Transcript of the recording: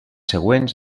següents